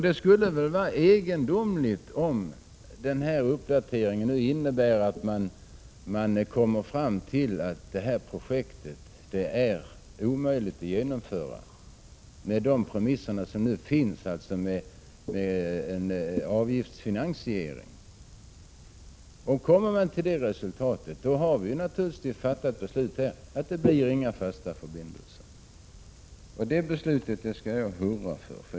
Det skulle väl vara egendomligt om denna uppdatering inte skulle innebära att projektet är omöjligt att genomföra med de premisser som nu finns, alltså med en avgiftsfinansiering. Om man kommer till det resultatet har vi naturligtvis fattat ett beslut här, att det inte blir någon fast förbindelse. Det beslutet skall jag hurra för.